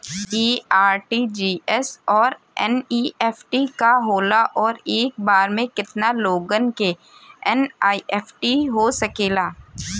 इ आर.टी.जी.एस और एन.ई.एफ.टी का होला और एक बार में केतना लोगन के एन.ई.एफ.टी हो सकेला?